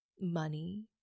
money